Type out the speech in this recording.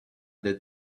the